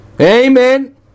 Amen